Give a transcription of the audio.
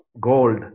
gold